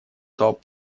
дал